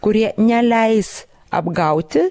kurie neleis apgauti